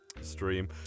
stream